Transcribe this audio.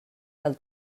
del